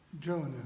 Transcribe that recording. Jonah